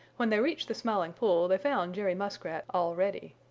when they reached the smiling pool they found jerry muskrat all ready.